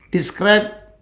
describe